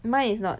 mine is not